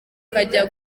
kajya